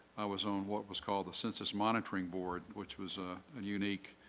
i was on what was called the census monitoring board, which was a and unique